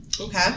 Okay